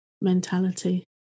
mentality